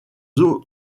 eaux